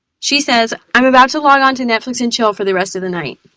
she says i'm about to log onto netflix and chill for the rest of the night.